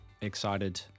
excited